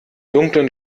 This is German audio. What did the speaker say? dunklen